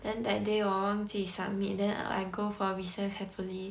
then that day 我忘记 submit then I go for recess happily